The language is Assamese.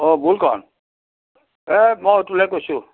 অঁ বুলকণ এ মই অতুলে কৈছোঁ